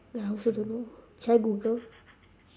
ya I also don't know should I google